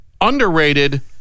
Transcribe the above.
underrated